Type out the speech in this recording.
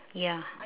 ya